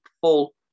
full